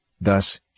Thus